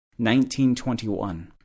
1921